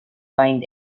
find